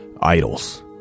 idols